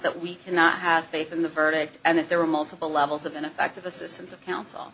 that we cannot have faith in the verdict and that there are multiple levels of ineffective assistance of coun